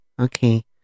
okay